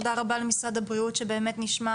תודה רבה למשרד הבריאות שבאמת נשמע